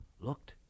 looked